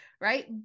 right